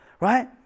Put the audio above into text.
right